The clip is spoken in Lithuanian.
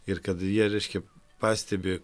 ir kad jie reiškia pastebi